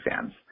fans